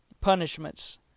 punishments